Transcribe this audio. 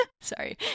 sorry